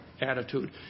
attitude